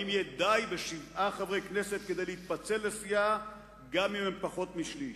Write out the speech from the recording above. האם יהיה די בשבעה חברי כנסת כדי להתפצל לסיעה גם אם הם פחות משליש.